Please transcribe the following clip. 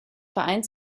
vereins